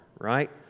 right